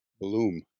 bloom